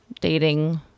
dating